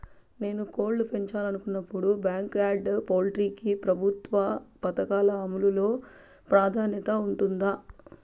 నేను కోళ్ళు పెంచాలనుకున్నపుడు, బ్యాంకు యార్డ్ పౌల్ట్రీ కి ప్రభుత్వ పథకాల అమలు లో ప్రాధాన్యత ఉంటుందా?